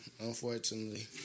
unfortunately